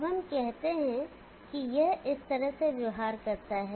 अब हम कहते हैं कि यह इस तरह से व्यवहार करता है